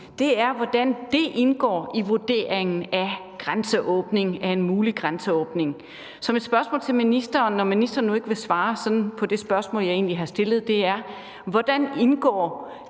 til, er, hvordan det indgår i vurderingen af en mulig grænseåbning. Når ministeren nu ikke vil svare på det spørgsmål, jeg egentlig har stillet, er mit spørgsmål: Hvordan indgår